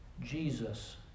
Jesus